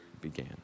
began